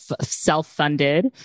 self-funded